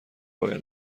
باید